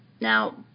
Now